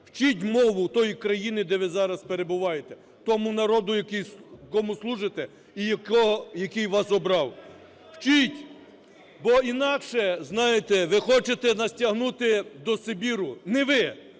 вчіть мову тієї країни, де ви зараз перебуваєте, тому народу, кому служите і який вас обрав. Вчіть, бо інакше, знаєте, ви хочете нас тягнути до Сибіру, не ви,